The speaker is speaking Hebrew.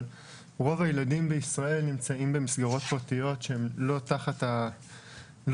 אבל רוב הילדים בישראל נמצאים במסגרות פרטיות שהן לא תחת הסמל.